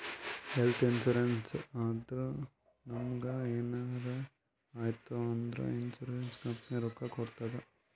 health insurance ಅಂದುರ್ ನಮುಗ್ ಎನಾರೇ ಆಯ್ತ್ ಅಂದುರ್ ಇನ್ಸೂರೆನ್ಸ್ ಕಂಪನಿ ರೊಕ್ಕಾ ಕೊಡ್ತುದ್